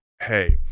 hey